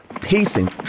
pacing